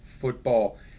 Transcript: football